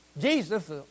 Jesus